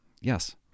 yes